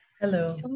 Hello